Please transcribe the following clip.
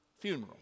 funeral